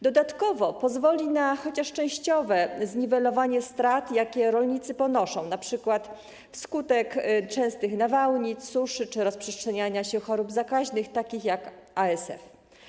Dodatkowo pozwoli na chociaż częściowe zniwelowanie strat, jakie rolnicy ponoszą np. wskutek częstych nawałnic, suszy czy rozprzestrzeniania się chorób zakaźnych takich jak ASF.